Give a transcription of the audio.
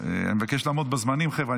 אני מבקש לעמוד בזמנים, חבר'ה.